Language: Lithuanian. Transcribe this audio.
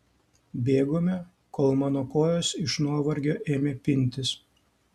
bėgome kol mano kojos iš nuovargio ėmė pintis